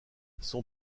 son